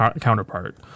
counterpart